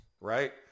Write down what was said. Right